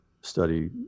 study